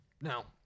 now